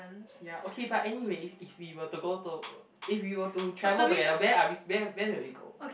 ya okay but anyways if we were to go to if we were to travel together where are we where where will we go